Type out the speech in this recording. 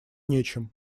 нечем